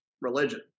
religion